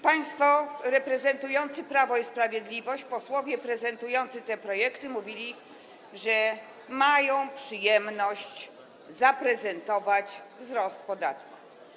Państwo posłowie reprezentujący Prawo i Sprawiedliwość, posłowie prezentujący te projekty mówili, że mają przyjemność zaprezentować wzrost podatku.